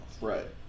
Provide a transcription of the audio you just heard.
Right